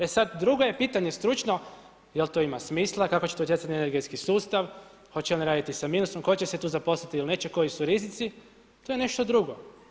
E sad, drugo je pitanje stručno, da li to ima smisla, kako će to utjecati na energetski sustav, hoće li one raditi sa minusom, tko će se tu zaposliti li neće, koji su rizici, to je nešto drugo.